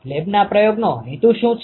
લેબના ૫્રયોગ નો હેતુ શું છે